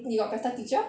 you got better teacher